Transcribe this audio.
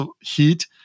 heat